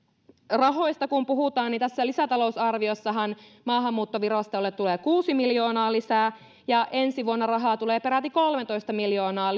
rahoista kun puhutaan niin tässä lisätalousarviossahan maahanmuuttovirastolle tulee kuusi miljoonaa lisää ja ensi vuonna rahaa tulee peräti kolmetoista miljoonaa